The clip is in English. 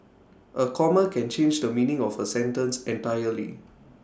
A comma can change the meaning of A sentence entirely